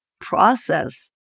process